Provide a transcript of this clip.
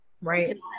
Right